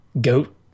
goat